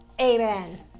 Amen